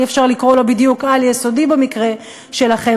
אי-אפשר לקרוא לו בדיוק על-יסודי במקרה שלכם,